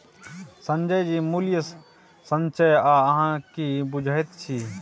संजय जी मूल्य संचय सँ अहाँ की बुझैत छी?